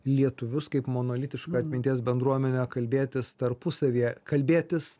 lietuvius kaip monolitišką atminties bendruomenę kalbėtis tarpusavyje kalbėtis